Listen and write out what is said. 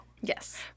Yes